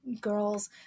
girls